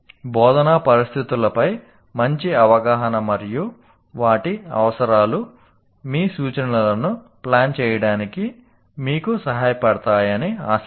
బోధనా పరిస్థితులపై మంచి అవగాహన మరియు వాటి అవసరాలు మీ సూచనలను ప్లాన్ చేయడానికి మీకు సహాయపడతాయని ఆశిద్దాం